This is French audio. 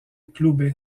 clube